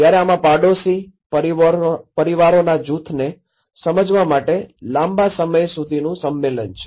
જ્યારે આમાં પડોશી પરિવારોના જૂથને સમજવા માટે લાંબા સમય સુધીનું સંમેલન છે